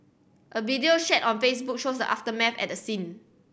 a video shared on Facebook shows the aftermath at the scene